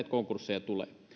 konkursseja tulee